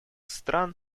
стран